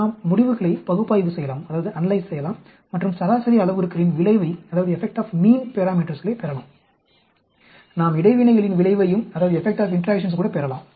நாம் முடிவுகளை பகுப்பாய்வு செய்யலாம் மற்றும் சராசரி அளவுருக்களின் விளைவைப் பெறலாம் நாம் இடைவினைகளின் விளைவையும் கூட பெறலாம்